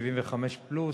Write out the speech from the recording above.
75 פלוס,